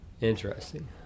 Interesting